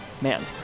Man